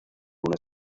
una